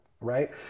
right